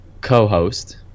co-host